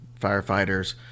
firefighters